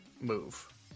move